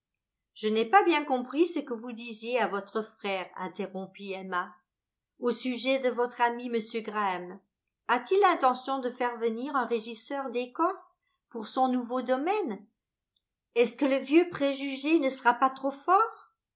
je n'ai pas bien compris ce que vous disiez à votre frère interrompit emma au sujet de votre ami m graham a-t-il l'intention de faire venir un régisseur d'écosse pour son nouveau domaine est-ce que le vieux préjugé ne sera pas trop fort